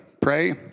Pray